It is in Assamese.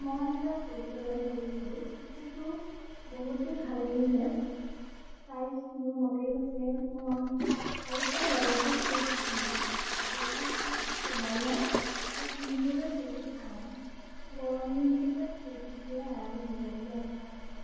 মই এটা কুৰ্টী অৰ্ডাৰ কৰিছিলোঁ কুৰ্টীটো বহুতেই ভাল আহিছে চাইজ মোৰ মতেই হৈছে মই আৰু তাৰ ৰংটো খুব ধুনীয়া কাপোৰটোও খুব কোমল হয় আৰু পিন্ধিবলৈ বহুত আৰাম গৰম দিনকেইটাত কুৰ্টীটোৱে আৰাম দিব বুলি আশা আছে